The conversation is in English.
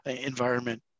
environment